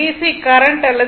C current அல்லது D